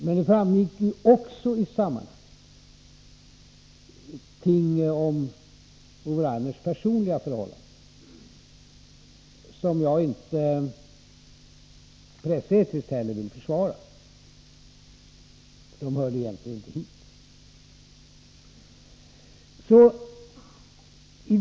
Men det framgick också i sammanhanget ting om Ove Rainers personliga förhållanden som jag inte pressetiskt vill försvara, för de hörde egentligen inte hit.